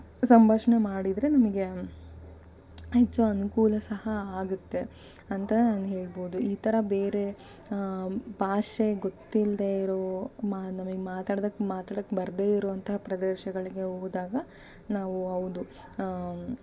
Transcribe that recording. ಸಂಭಾಷಣೆ ಮಾಡಿದರೆ ನಿಮಗೆ ಹೆಚ್ಚು ಅನುಕೂಲ ಸಹ ಆಗುತ್ತೆ ಅಂತ ನಾನು ಹೇಳ್ಬೌದು ಈ ಥರ ಬೇರೆ ಭಾಷೆ ಗೊತ್ತಿಲ್ಲದೇ ಇರೋ ಮಾ ನಮಗ್ ಮಾತಾಡ್ದಕ್ಕೆ ಮಾತಾಡಕ್ಕೆ ಬರದೇ ಇರುವಂಥ ಪ್ರದೇಶಗಳಿಗೆ ಹೋದಾಗ ನಾವು ಹೌದು